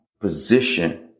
position